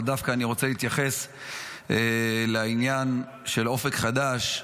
אבל אני דווקא רוצה להתייחס לעניין של אופק חדש.